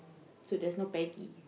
so that's no baggy